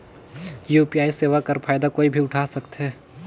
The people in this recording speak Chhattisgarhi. यू.पी.आई सेवा कर फायदा कोई भी उठा सकथे?